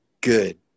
good